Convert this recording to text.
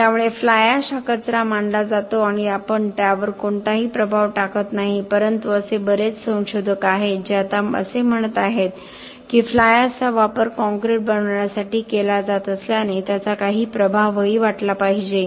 त्यामुळे fly ash हा कचरा मानला जातो आपण त्यावर कोणताही प्रभाव टाकत नाही परंतु असे बरेच संशोधक आहेत जे आता असे म्हणत आहेत की फ्लाय एशचा वापर काँक्रीट बनवण्यासाठी केला जात असल्याने त्याचा काही प्रभावही वाटला पाहिजे